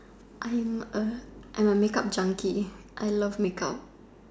I am A I am a makeup junkie I love makeup